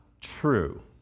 true